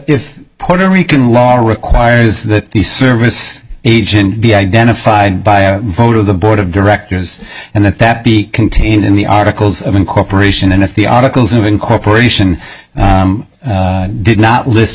if puerto rican law requires that the service agent be identified by a vote of the board of directors and that that be contained in the articles of incorporation and if the articles of incorporation did not list